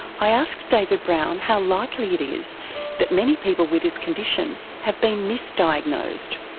i asked david brown how likely it is that many people with this condition have been misdiagnosed.